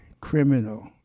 criminal